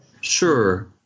Sure